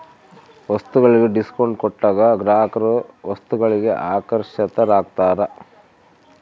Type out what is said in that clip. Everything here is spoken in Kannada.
ವಸ್ತುಗಳಿಗೆ ಡಿಸ್ಕೌಂಟ್ ಕೊಟ್ಟಾಗ ಗ್ರಾಹಕರು ವಸ್ತುಗಳಿಗೆ ಆಕರ್ಷಿತರಾಗ್ತಾರ